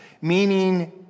meaning